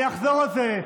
אני אחזור על זה.